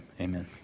amen